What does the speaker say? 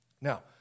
Now